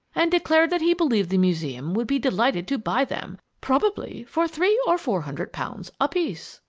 and declared that he believed the museum would be delighted to buy them, probably for three or four hundred pounds apiece!